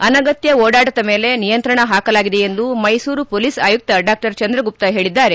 ಅನಗತ್ತ ಓಡಾಟದ ಮೇಲೆ ನಿಯಂತ್ರಣ ಹಾಕಲಾಗಿದೆ ಎಂದು ಮೈಸೂರು ಮೊಲೀಸ್ ಅಯುಕ್ತ ಡಾ ಚಂದ್ರಗುಪ್ತ ಹೇಳಿದ್ದಾರೆ